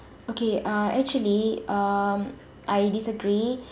okay uh actually um I disagree